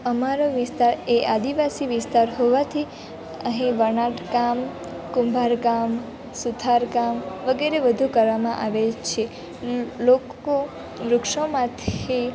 અમારો વિસ્તાર એ આદિવાસી વિસ્તાર હોવાથી અહીં વણાટકામ કુંભારકામ સુથારકામ વગેરે વધુ કરવામાં આવે છે લોકો વૃક્ષોમાંથી